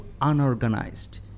unorganized